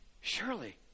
Surely